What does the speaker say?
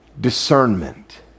discernment